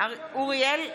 אוריאל בוסו,